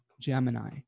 Gemini